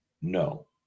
No